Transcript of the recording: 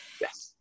Yes